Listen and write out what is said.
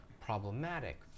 problematic